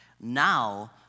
now